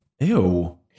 Ew